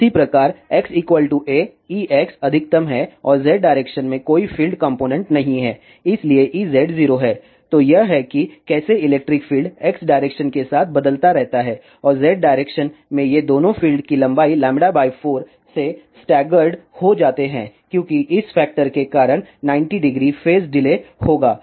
इसी प्रकार x a Ex अधिकतम है और z डायरेक्शन में कोई फ़ील्ड कॉम्पोनेन्ट नहीं है इसलिए Ez 0 है तो यह है कि कैसे इलेक्ट्रिक फील्ड x डायरेक्शन के साथ बदलता रहता है और z डायरेक्शन में ये दोनों फील्ड की लंबाई λ 4 से स्टागरड हो जाते हैं क्योंकि इस फैक्टर के कारण 900 फेज डिले होगा